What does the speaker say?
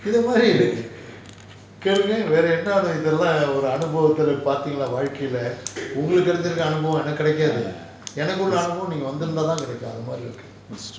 it's true